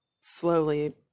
slowly